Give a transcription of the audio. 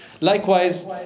Likewise